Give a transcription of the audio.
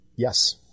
Yes